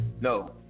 No